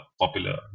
popular